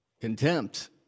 contempt